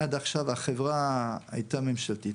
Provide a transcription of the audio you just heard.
עד עכשיו החברה הייתה ממשלתית,